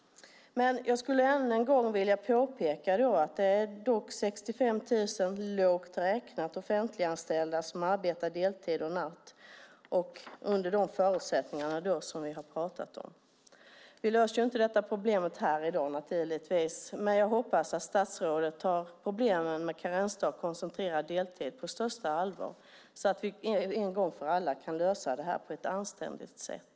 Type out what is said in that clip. Jag skulle än en gång vilja påpeka att det lågt räknat är 65 000 offentliganställda som arbetar deltid och natt under de förutsättningar som vi har pratat om. Vi löser naturligtvis inte detta problem här i dag, men jag hoppas att statsrådet tar problemen med karensdag och koncentrerad deltid på största allvar, så att vi en gång för alla kan lösa det här på ett anständigt sätt.